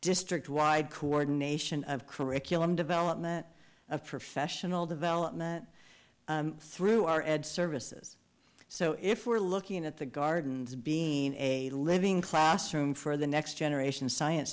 district wide coordination of curriculum development of professional development through our ed services so if we're looking at the gardens being a living classroom for the next generation science